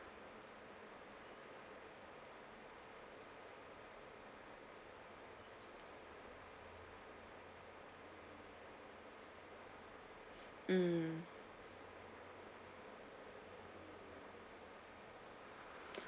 mm